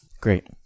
Great